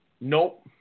Nope